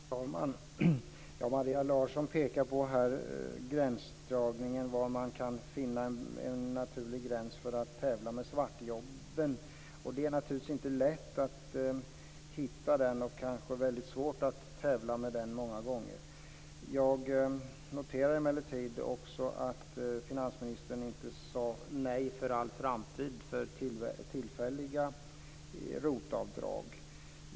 Fru talman! Maria Larsson pekar på var man kan finna en naturlig gräns för att tävla med svartjobben. Det är naturligtvis inte lätt att finna den och kanske många gånger väldigt svårt att tävla med den. Jag noterar emellertid att finansministern inte sade nej för all framtid till tillfälliga ROT-avdrag.